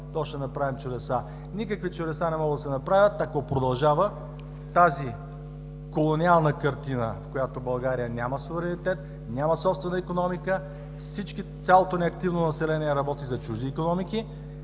тази колониална картина, в която България няма суверенитет, няма собствена икономика, цялото ни активно население работи за чужди икономики